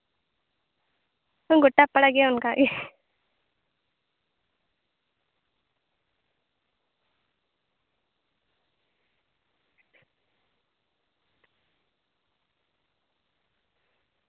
ᱦᱩᱸ ᱜᱚᱴᱟ ᱯᱟᱲᱟ ᱜᱮ ᱚᱱᱠᱟ ᱜᱮ